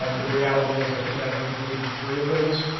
um the reality is i think i've made maybe three of those.